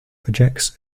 projects